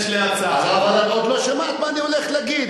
אבל את עוד לא שמעת מה אני הולך להגיד.